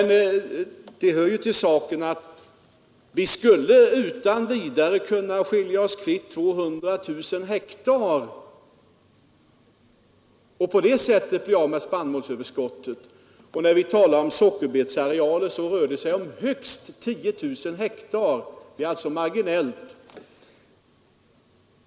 Det hör till saken att vi utan vidare skulle kunna göra oss kvitt 200 000 hektar och på det sättet bli av med spannmålsöverskottet. När vi talar om sockerbetsarealer rör det sig om högst 10 000 hektar. Det är alltså marginellt.